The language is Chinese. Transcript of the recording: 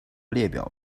列表